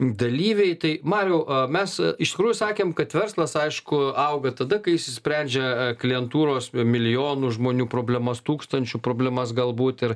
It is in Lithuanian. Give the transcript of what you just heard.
dalyviai tai mariau a mes iš tikrųjų sakėm kad verslas aišku auga tada kai išsisprendžia klientūros milijonų žmonių problemas tūkstančių problemas galbūt ir